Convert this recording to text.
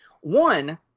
One